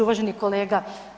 Uvaženi kolega.